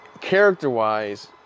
character-wise